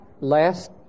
last